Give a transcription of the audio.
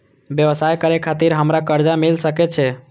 व्यवसाय करे खातिर हमरा कर्जा मिल सके छे?